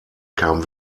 kam